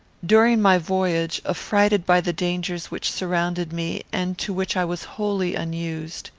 during my voyage, affrighted by the dangers which surrounded me, and to which i was wholly unused,